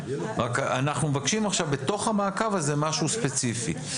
רק אנחנו מבקשים עכשיו בתוך המעקב הזה משהו ספציפי,